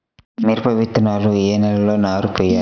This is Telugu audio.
మిరప విత్తనాలు ఏ నెలలో నారు పోయాలి?